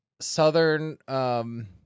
Southern